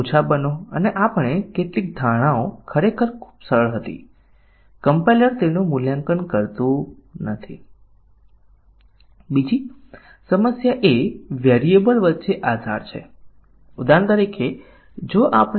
એક નાનું ટૂલ જાતે લખવું શક્ય છે જે ટકાવારી નિવેદન કવરેજ ચકાસી શકે પરંતુ તે પછી ત્યાં ઓપનસોર્સ ટૂલ્સ ઉપલબ્ધ છે જે એક્ઝેક્યુટ કરેલા નિવેદનની ટકાવારીની જાણ કરી શકે છે